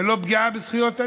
זאת לא פגיעה בזכויות אדם?